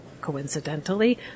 coincidentally